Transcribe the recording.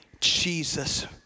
Jesus